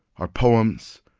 our poems,